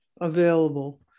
available